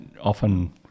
often